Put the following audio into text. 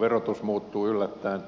verotus muuttuu yllättäen